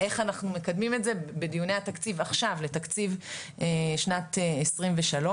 איך אנחנו מקדמים את זה בדיוני התקציב עכשיו לתקציב שנת 2023?